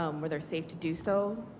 um where they are safe to do so,